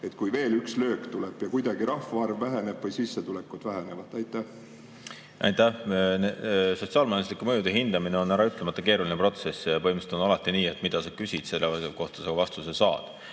kui veel üks löök tuleb ja kuidagi rahvaarv väheneb või sissetulekud vähenevad. Aitäh! Sotsiaal-majanduslike mõjude hindamine on äraütlemata keeruline protsess ja põhimõtteliselt on alati nii, et mida sa küsid, selle kohta vastuse saad.